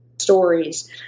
stories